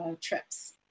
trips